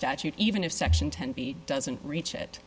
statute even if section ten b doesn't reach it